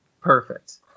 Perfect